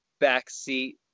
backseat